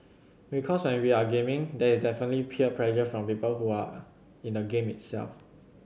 because when we are gaming there is definitely peer pressure from people who are in the game itself